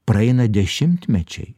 praeina dešimtmečiai